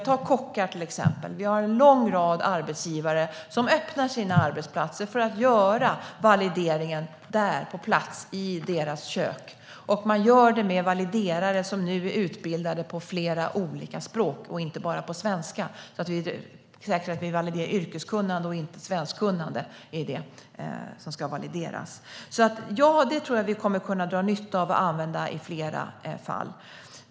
Ta kockar till exempel - vi har en lång rad arbetsgivare som öppnar sina arbetsplatser för att göra valideringen där, på plats, i köket. Man gör det med validerare som nu är utbildade på flera olika språk och inte bara på svenska, så att vi säkert validerar yrkeskunnandet - det är ju det som ska valideras - och inte svenskkunnandet. Jag tror att vi kommer att kunna dra nytta av och använda det i flera fall.